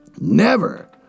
Never